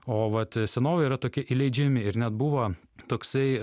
o vat senovėj yra tokie įleidžiami ir net buvo toksai